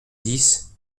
dix